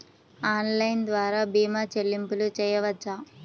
Online ద్వార భీమా చెల్లింపులు చేయవచ్చా?